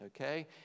Okay